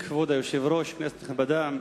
כבוד היושב-ראש, כנסת נכבדה,